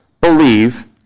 believe